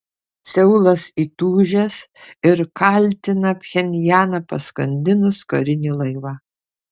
seulas įtūžęs ir kaltina pchenjaną paskandinus karinį laivą